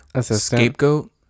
scapegoat